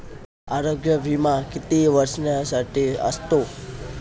आरोग्य विमा किती वर्षांसाठी असतो?